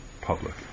public